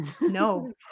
no